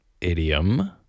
idiom